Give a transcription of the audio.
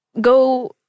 Go